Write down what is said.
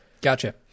gotcha